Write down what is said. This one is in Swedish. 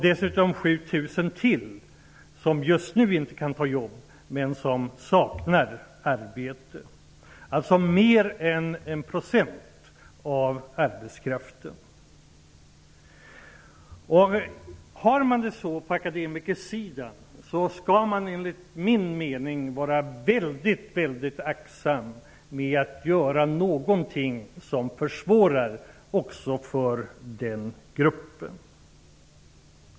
Dessutom finns det ytterligare 7 000 som just nu inte kan ta något arbete men som kommer att sakna arbete. Det är alltså mer än 1 % av arbetskraften. Eftersom det är så på akademikersidan, skall man enligt min mening vara väldigt aktsam mot att göra något som försvårar också för den gruppen.